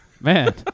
Man